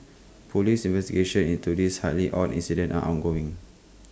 Police investigations into this highly odd incident are ongoing